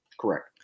Correct